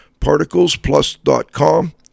ParticlesPlus.com